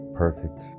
perfect